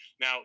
Now